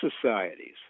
societies